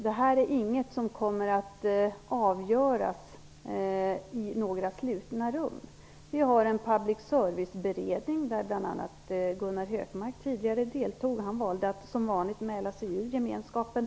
Detta är inget som kommer att avgöras i några slutna rum. Vi har en public service-beredning där bl.a. Gunnar Hökmark tidigare deltog. Men han valde, som vanligt, att mäla sig ur gemenskapen.